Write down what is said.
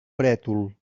brètol